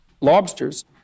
Lobsters